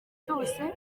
cyose